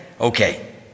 Okay